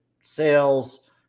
sales